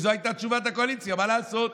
וזו הייתה תשובת הקואליציה: מה לעשות,